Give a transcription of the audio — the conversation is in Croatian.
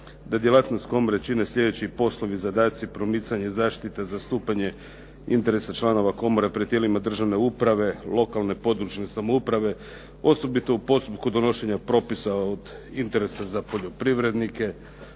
da djelatnost komore čine sljedeći poslovi, zadaci: promicanje zaštite, zastupanje interesa članova komore pred tijelima državne uprave, lokalne područne samouprave, osobito u postupku donošenja propisa od interesa za poljoprivrednike.